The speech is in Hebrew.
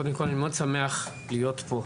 קודם כל אני מאוד שמח להיות פה.